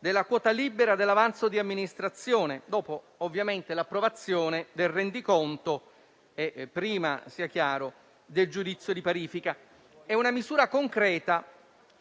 della quota libera dell'avanzo di amministrazione, ovviamente dopo l'approvazione del rendiconto e prima - sia chiaro - del giudizio di parifica. È una misura concreta,